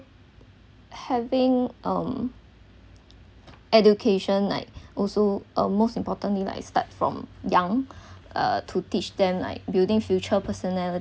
having um education like also a most importantly like start from young uh to teach them like building future personal